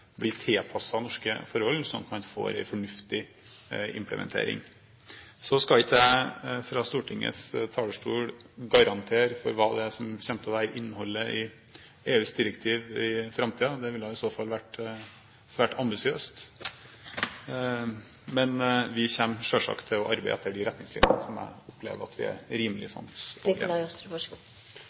norske forhold, slik at man får en fornuftig implementering. Så skal jeg ikke fra Stortingets talerstol garantere for hva som kommer til å være innholdet i EUs direktiv i framtiden, det ville i så fall vært svært ambisiøst. Men vi kommer selvsagt til å arbeide etter de retningslinjene som jeg opplever at vi er rimelig